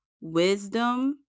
wisdom